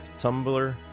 tumblr